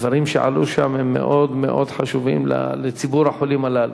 הדברים שעלו שם הם מאוד מאוד חשובים לציבור החולים הללו.